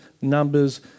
numbers